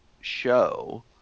show